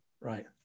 Right